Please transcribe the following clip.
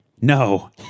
No